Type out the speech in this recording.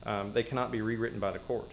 they cannot be rewritten by the court